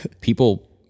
People